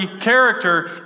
character